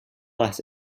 less